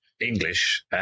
English